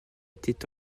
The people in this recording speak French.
étaient